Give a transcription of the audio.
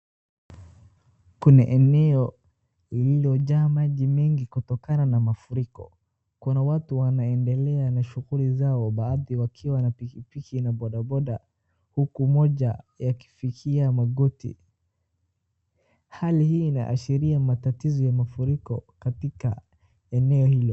Kuna eneo lilojaa maji mengi kutokana na mafuriko , kuna watu wanaendelea na shughuli zao baadhi wakiwa na pikipiki na bodaboda huku maji yakifikia magoti, hali inaashiria tatizo ya mafuriko katika eneo hilo.